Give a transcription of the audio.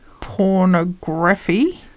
pornography